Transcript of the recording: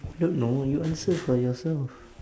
don't know you answer for yourself